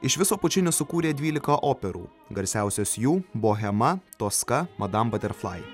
iš viso pučinis sukūrė dvylika operų garsiausios jų bohema toska madam baterflai